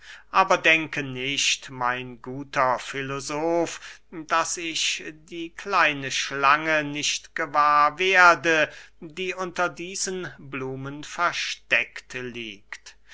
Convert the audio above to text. aber denke nicht mein guter filosof daß ich die kleine schlange nicht gewahr werde die unter diesen blumen versteckt liegt